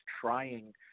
trying